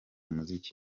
muzika